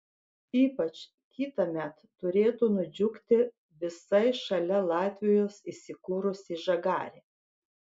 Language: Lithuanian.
ypač kitąmet turėtų nudžiugti visai šalia latvijos įsikūrusi žagarė